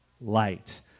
light